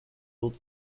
old